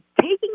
taking